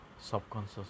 subconscious